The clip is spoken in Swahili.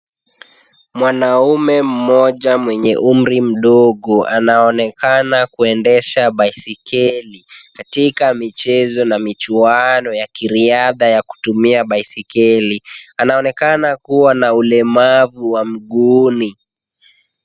Mwanaume mmoja mwenye umri mdogo anaonekana kuendesha baiskeli katika michezo na michuano ya kiriadha ya kutumia baiskeli. Anaonekana kuwa na ulemavu wa mguuni.